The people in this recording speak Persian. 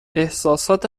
احسسات